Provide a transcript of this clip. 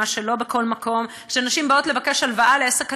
מה שלא בכל מקום כשנשים באות לבקש הלוואה לעסק קטן,